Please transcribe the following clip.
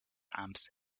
amps